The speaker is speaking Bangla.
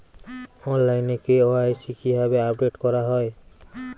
অনলাইনে কে.ওয়াই.সি কিভাবে আপডেট করা হয়?